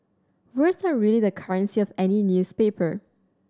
words are really the currency of any newspaper